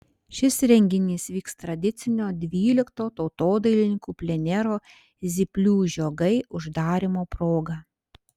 šis renginys vyks tradicinio dvylikto tautodailininkų plenero zyplių žiogai uždarymo proga